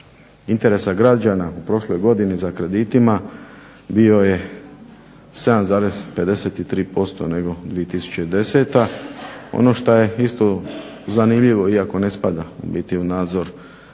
interesa građana u prošloj godini za kreditima bio je 7,53% nego 2010. Ono šta je isto zanimljivo iako ne spada ubiti u nadzor